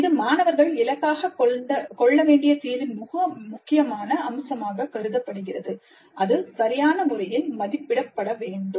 இது மாணவர்கள் இலக்காகக் கொள்ள வேண்டிய தீர்வின் மிக முக்கியமான அம்சமாகக் கருதப்படுகிறது அது சரியான முறையில் மதிப்பிடப்பட வேண்டும்